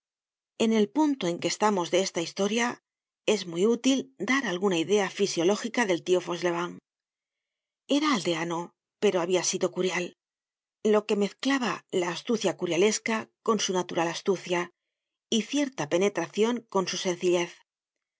en el punto en que estamos de esta historia es muy útil dar alguna idea fisiológica del tio fauchelevent era aldeano pero habia sido curial lo que mezclaba la astucia curialesca con su natural astucia y cierta penetracion con su sencillez